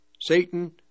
Satan